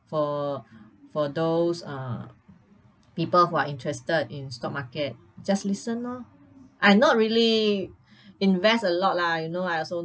for for those uh people who are interested in stock market just listen loh I not really invest a lot lah you know I also